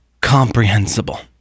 comprehensible